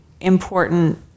important